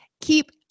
keep